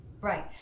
Right